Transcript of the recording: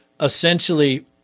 essentially